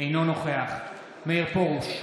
אינו נוכח מאיר פרוש,